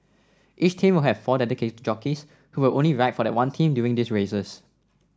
each team will have four dedicated jockeys who will only ride for that one team during these races